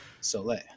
Soleil